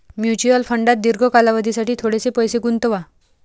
mutual फंडात दीर्घ कालावधीसाठी थोडेसे पैसे गुंतवा